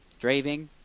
Draving